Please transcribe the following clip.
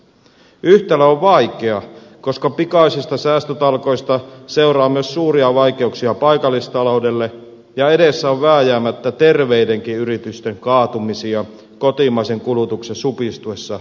yhtälö on vaikea koska pikaisista säästötalkoista seuraa myös suuria vaikeuksia paikallistaloudelle ja edessä on vääjäämättä terveidenkin yritysten kaatumisia kotimaisen kulutuksen supistuessa nopealla tahdilla